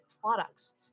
products